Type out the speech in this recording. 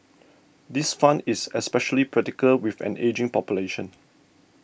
this fund is especially practical with an ageing population